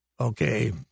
okay